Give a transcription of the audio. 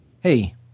Hey